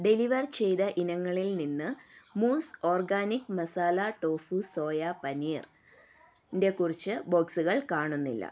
deliver ചെയ്ത ഇനങ്ങളിൽ നിന്ന് mousse organic masala tofu soya paneer ന്റെ കുറച്ച് ബോക്സുകൾ കാണുന്നില്ല